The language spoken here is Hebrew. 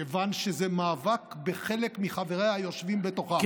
כיוון שזה מאבק בחלק מחבריה היושבים בתוכה.